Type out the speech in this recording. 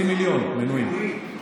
מנויים.